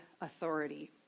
authority